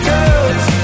Girls